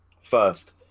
first